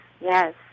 yes